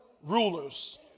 Rulers